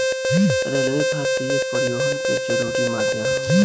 railway भारतीय परिवहन के जरुरी माध्यम ह